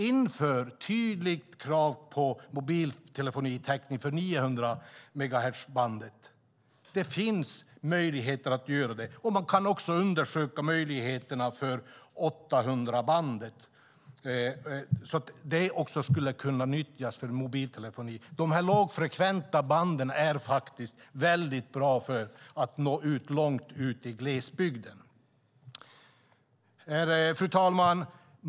Inför ett tydligt krav på mobiltelefonitäckning för 900-megahertzbandet. Det finns möjligheter att göra det, och det går att undersöka möjligheterna att nyttja 800-bandet för mobiltelefoni. Banden för låga frekvenser är bra för att nå långt ut i glesbygden. Fru talman!